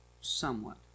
Somewhat